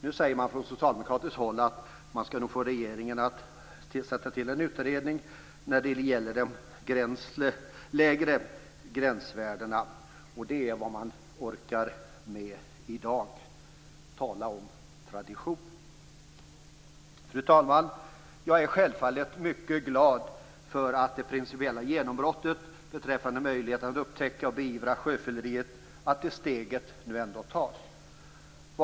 Nu säger man från socialdemokratiskt håll att man nog skall få regeringen att tillsätta en utredning när det gäller de lägre gränsvärdena. Det är vad man orkar med i dag. Tala om tradition! Fru talman! Jag är självfallet mycket glad för det principiella genombrottet beträffande möjligheten att upptäcka och beivra sjöfylleri och att det steget nu ändå tas.